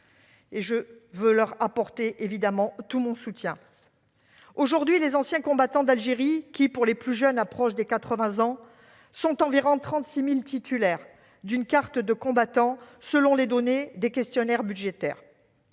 Je veux leur apporter tout mon soutien. Aujourd'hui, les anciens combattants d'Algérie, dont les plus jeunes approchent des 80 ans, sont près d'un million à être titulaires d'une carte du combattant selon les données des questionnaires budgétaires.